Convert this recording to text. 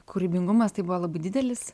kūrybingumas tai buvo labai didelis